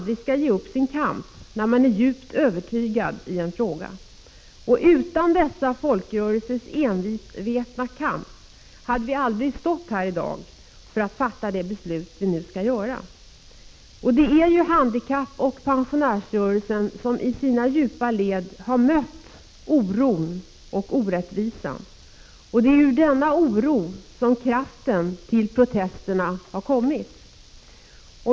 GG GG skall ge upp sin kamp när man är djupt övertygad i en fråga. Utan dessa folkrörelsers envetna kamp hade vi aldrig stått här i dag för att fatta det kommande beslutet. Det är ju handikappoch pensionärsrörelserna som i sina djupa led har mött oron och orättvisan, och det är ur denna oro som kraften till protesterna har kommit.